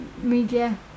media